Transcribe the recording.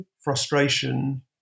frustration